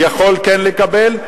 יכול כן לקבל,